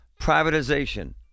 privatization